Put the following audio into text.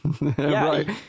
Right